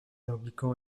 anglicans